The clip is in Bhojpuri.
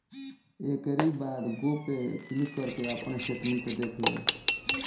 एकरी बाद गो पे क्लिक करके आपन स्टेटमेंट देख लें